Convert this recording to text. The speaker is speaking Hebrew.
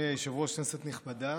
אדוני היושב-ראש, כנסת נכבדה,